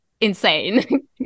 insane